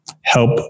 help